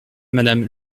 madame